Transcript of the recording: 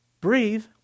breathe